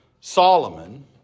Solomon